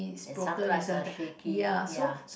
and some flights are shaky ya